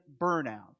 burnout